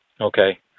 Okay